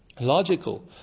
logical